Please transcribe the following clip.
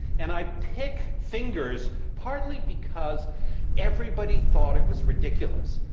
and i pick fingers partly because everybody thought it was ridiculous.